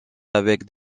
avec